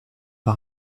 par